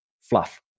fluff